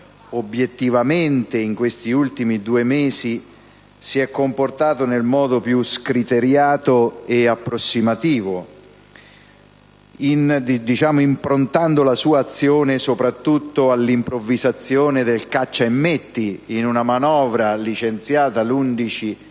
obiettivamente, in questi ultimi due mesi si è comportato nel modo più scriteriato e approssimativo, improntando la sua azione soprattutto all'improvvisazione del caccia e metti. Del resto, la manovra licenziata l'11